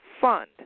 Fund